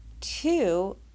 Two